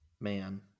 man